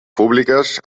públiques